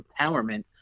empowerment